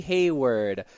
Hayward